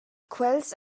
quels